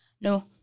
No